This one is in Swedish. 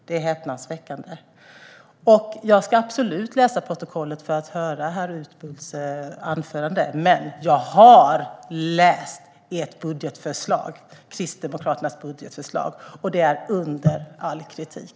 Det är häpnadsväckande. Jag ska absolut läsa herr Utbults anförande i protokollet. Men jag har läst Kristdemokraternas budgetförslag, och det är under all kritik.